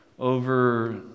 Over